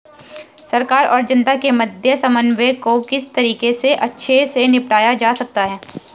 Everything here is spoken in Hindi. सरकार और जनता के मध्य समन्वय को किस तरीके से अच्छे से निपटाया जा सकता है?